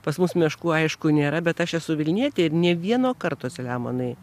pas mus meškų aišku nėra bet aš esu vilnietė ir nė vieno karto selemonai